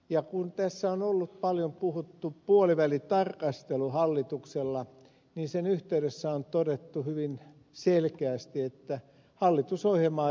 ja kun tässä on ollut paljon puhuttu puolivälitarkastelu hallituksella niin sen yhteydessä on todettu hyvin selkeästi että hallitusohjelmaa ei muuteta